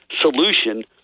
solution